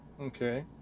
okay